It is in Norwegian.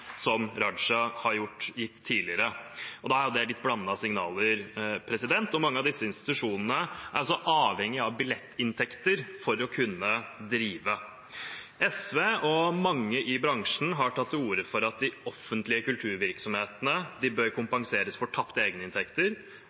som statsråd Raja har gitt tidligere, og det er litt blandede signaler. Mange av disse institusjonene er avhengige av billettinntekter for å kunne drive. SV og mange i bransjen har tatt til orde for at de offentlige kulturvirksomhetene bør kompenseres for tapte egeninntekter,